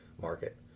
Market